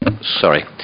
Sorry